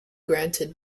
granted